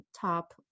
top